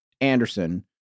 Anderson